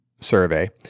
survey